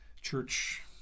church